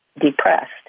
depressed